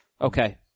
Okay